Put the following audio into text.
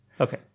Okay